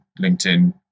LinkedIn